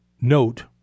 note